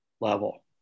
level